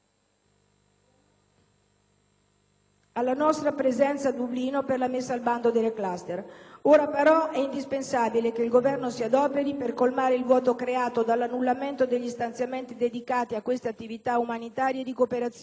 alla nostra presenza a Dublino per la messa al bando delle *cluster* *bomb*. Ora è però indispensabile che il Governo si adoperi per colmare il vuoto creato dall'annullamento degli stanziamenti dedicati a tali attività umanitarie e di cooperazione.